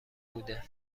بوده